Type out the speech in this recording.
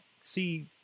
see